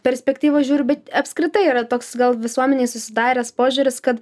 perspektyvos žiūriu bet apskritai yra toks gal visuomenėj susidaręs požiūris kad